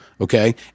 okay